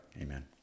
Amen